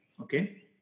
Okay